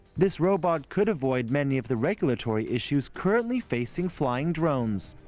this robot could avoid many of the regulatory issues currently facing flying drones.